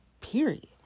Period